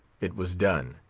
it was done.